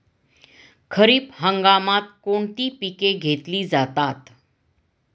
खरीप हंगामात कोणती पिके घेतली जातात?